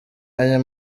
aya